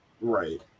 Right